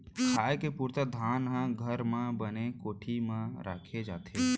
खाए के पुरता धान ल घर म बने कोठी म राखे जाथे